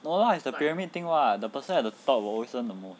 no lah is the pyramid thing [what] the person at the top will always earn the most